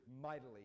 mightily